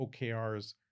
OKRs